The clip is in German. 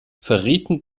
verrieten